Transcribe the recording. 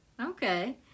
okay